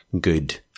good